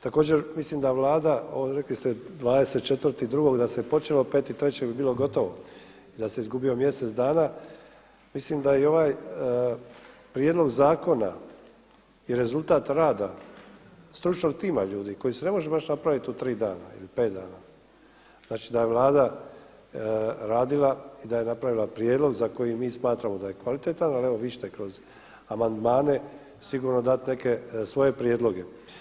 Također mislim da Vlada, rekli ste 24.2. da se počelo 5.3. bi bilo gotovo, da se izgubio mjesec dana, mislim da i ovaj prijedlog zakona je rezultat rada stručnog tima ljudi koji se ne može baš napraviti u tri dana ili pet dana. znači da je Vlada radila i da je napravila prijedlog za koji mi smatramo da je kvalitetan, ali evo vi ćete kroz amandmane sigurno dati neke svoje prijedloge.